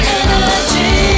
energy